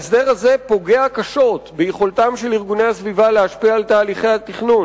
ההסדר הזה יפגע קשות ביכולתם של ארגוני הסביבה להשפיע על תהליכי התכנון.